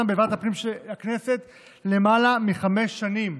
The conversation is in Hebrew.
בוועדת הפנים של הכנסת למעלה מחמש שנים.